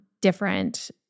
different